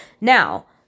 Now